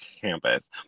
campus